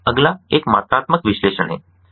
अगला एक मात्रात्मक विश्लेषण है